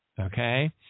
Okay